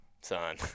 son